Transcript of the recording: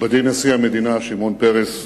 נכבדי, נשיא המדינה שמעון פרס,